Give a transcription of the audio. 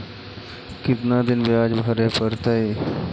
कितना दिन बियाज भरे परतैय?